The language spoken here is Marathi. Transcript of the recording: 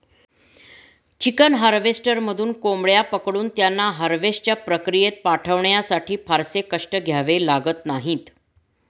चिकन हार्वेस्टरमधून कोंबड्या पकडून त्यांना हार्वेस्टच्या प्रक्रियेत पाठवण्यासाठी फारसे कष्ट घ्यावे लागत नाहीत